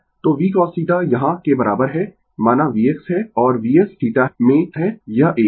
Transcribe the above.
तो v cosθ यहाँ के बराबर है माना v x है और Vs θ में है यह एक